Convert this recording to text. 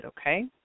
Okay